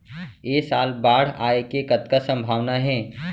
ऐ साल बाढ़ आय के कतका संभावना हे?